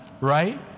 right